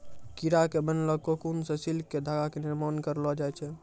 कीड़ा के बनैलो ककून सॅ सिल्क के धागा के निर्माण करलो जाय छै